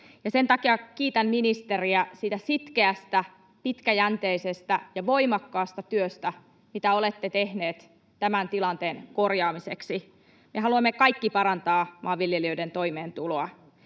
sen takia kiitän ministeriä siitä sitkeästä, pitkäjänteisestä ja voimakkaasta työstä, mitä olette tehnyt tämän tilanteen korjaamiseksi. Haluamme kaikki parantaa maanviljelijöiden toimeentuloa.